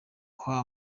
kwe